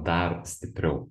dar stipriau